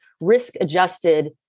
risk-adjusted